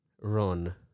Run